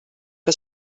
que